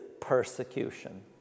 persecution